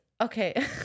okay